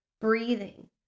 breathing